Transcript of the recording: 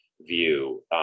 view